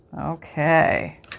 Okay